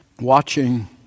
watching